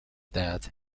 that